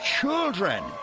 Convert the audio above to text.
children